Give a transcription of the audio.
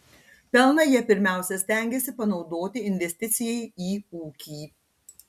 pelną jie pirmiausia stengiasi panaudoti investicijai į ūkį